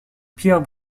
pierre